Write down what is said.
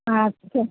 আচ্ছা